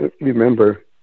remember